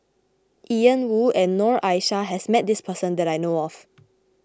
Ian Woo and Noor Aishah has met this person that I know of